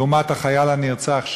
לעומת החייל הנרצח,